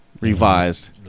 Revised